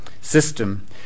system